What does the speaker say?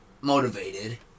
motivated